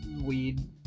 weed